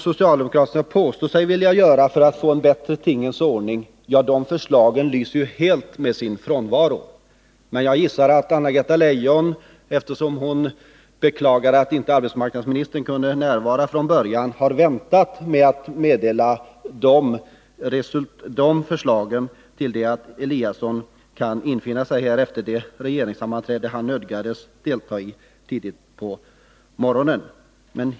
Socialdemokraterna påstår sig vilja göra förändringar för att få en bättre tingens ordning, men förslag i den riktningen lyser helt med sin frånvaro. Eftersom Anna-Greta Leijon beklagade att arbetsmarknadsministern inte kunde vara med här från början, gissar jag att Anna-Greta Leijon väntar med att redogöra för de förslagen tills Ingemar Eliasson kan infinna sig här efter det regeringssammanträde som han nödgades delta i tidigt på morgonen.